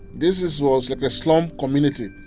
this is was, like, a slum community.